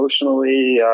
emotionally